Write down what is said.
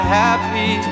happy